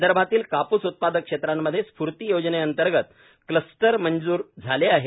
विदर्भातील काप्स उत्पादक क्षेत्रांमध्ये स्फूर्ती योजनेअंतर्गत क्लस्टर मंजूर झाले आहेत